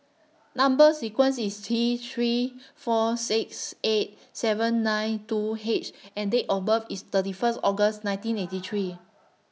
Number sequence IS T three four six eight seven nine two H and Date of birth IS thirty First August nineteen eighty three